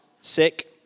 sick